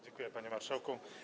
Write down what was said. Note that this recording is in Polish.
Dziękuję, panie marszałku.